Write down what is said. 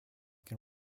can